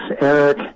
eric